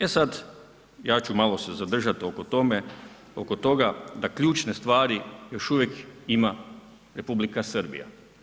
E sad, ja ću malo zadržat se oko tome, oko toga da ključne stvari još uvijek ima Republika Srbija.